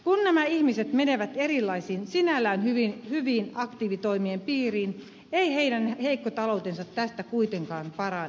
kun nämä ihmiset menevät erilaisten sinällään hyvien aktiivitoimien piiriin ei heidän heikko taloutensa tästä kuitenkaan parane